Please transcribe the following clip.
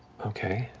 okay.